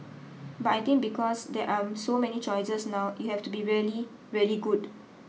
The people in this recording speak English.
but I think because there are so many choices now you have to be really really good